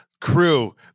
crew